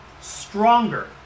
stronger